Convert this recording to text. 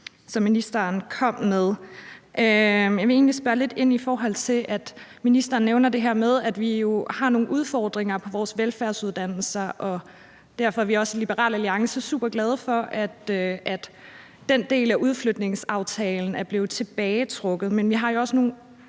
som ministeren kom med. Jeg vil egentlig spørge lidt ind til det, ministeren nævner, med, at vi jo har nogle udfordringer med vores velfærdsuddannelser. I Liberal Alliances er vi super glade for, at den del af udflytningsaftalen er blevet tilbagetrukket, men vi har jo også nogle